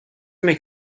make